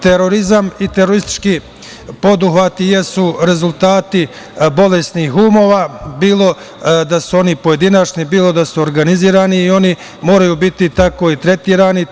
Terorizam i teroristički poduhvati jesu rezultati bolesnih umova, bilo da su oni pojedinačni, bilo da su organizovani i oni moraju biti tako i tretirani.